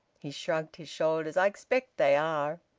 he shrugged his shoulders. i expect they are.